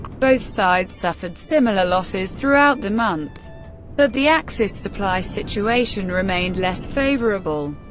both sides suffered similar losses throughout the month but the axis supply situation remained less favourable.